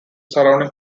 surrounding